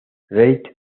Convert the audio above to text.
reid